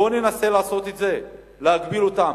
בוא ננסה לעשות את זה, להגביל אותם.